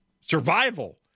survival